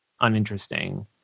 uninteresting